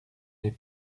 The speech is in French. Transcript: les